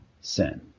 sin